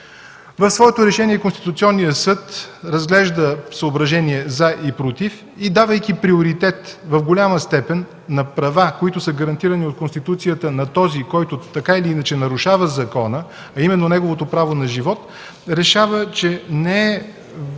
В своето решение Конституционният съд разглежда съображения „за” и „против” и давайки приоритет в голяма степен на права, които са гарантирани от Конституцията на този, който така или иначе нарушава закона, а именно неговото право на живот, решава, че не е разумно